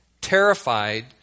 terrified